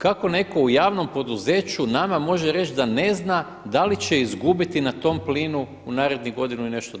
Kako netko u javnom poduzeću nama može reći da ne zna da li će izgubiti na tom plinu u narednih godinu i nešto dana.